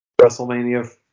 WrestleMania